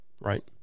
right